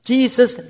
Jesus